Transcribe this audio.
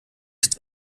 ist